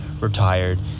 retired